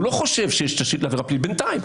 הוא לא חושב שיש עבירה פלילית, בינתיים.